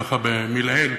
ככה במלעיל,